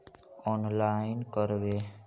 Online करवे?